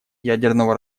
ядерного